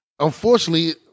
Unfortunately